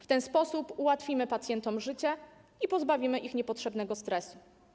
W ten sposób ułatwimy pacjentom życie i pozbawimy ich niepotrzebnego stresu.